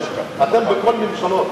אתם בכל הממשלות.